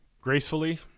Gracefully